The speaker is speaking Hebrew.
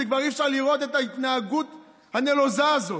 כבר אי-אפשר לראות את ההתנהגות הנלוזה הזאת.